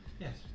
Yes